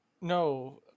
No